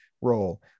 role